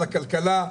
לכלכלה,